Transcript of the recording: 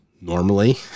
normally